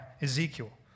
Ezekiel